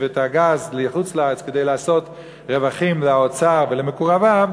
והגז לחוץ-לארץ כדי לעשות רווחים לאוצר ולמקורביו,